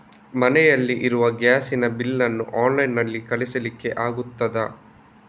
ಮನೆಯಲ್ಲಿ ಇರುವ ಗ್ಯಾಸ್ ನ ಬಿಲ್ ನ್ನು ಆನ್ಲೈನ್ ನಲ್ಲಿ ಕಳಿಸ್ಲಿಕ್ಕೆ ಆಗ್ತದಾ?